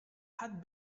had